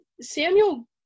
Samuel